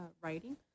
writing